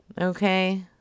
Okay